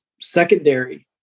secondary